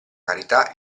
carità